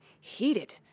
Heated